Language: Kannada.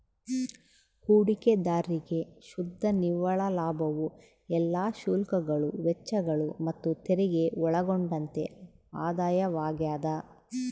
ಹೂಡಿಕೆದಾರ್ರಿಗೆ ಶುದ್ಧ ನಿವ್ವಳ ಲಾಭವು ಎಲ್ಲಾ ಶುಲ್ಕಗಳು ವೆಚ್ಚಗಳು ಮತ್ತುತೆರಿಗೆ ಒಳಗೊಂಡಂತೆ ಆದಾಯವಾಗ್ಯದ